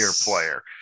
Player